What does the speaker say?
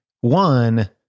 One